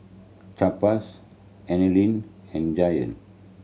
Chaps and Giant